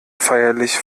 feierlich